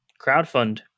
Crowdfund